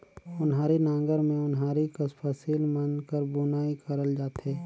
ओन्हारी नांगर मे ओन्हारी कस फसिल मन कर बुनई करल जाथे